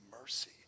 mercy